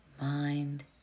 mind